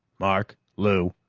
mark, lou,